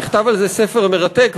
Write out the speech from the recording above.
נכתב על זה ספר מרתק,